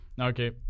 Okay